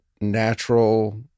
natural